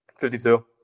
52